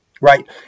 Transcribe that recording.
right